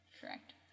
Correct